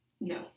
No